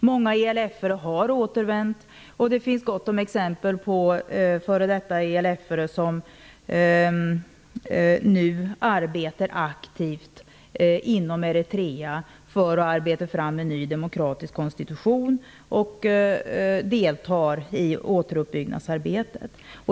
Många EPLF:are har återvänt, och det finns gott om exempel på f.d. EPLF:are som nu arbetar aktivt inom Eritrea för att ta fram en ny demokratisk konstitution och deltar i återuppbyggnadsarbetet.